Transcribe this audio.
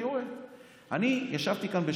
אני ישבתי כאן בשקט,